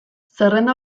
zerrenda